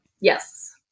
Yes